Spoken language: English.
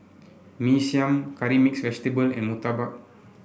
Mee Siam Curry Mixed Vegetable and Murtabak